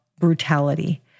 brutality